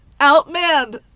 outmanned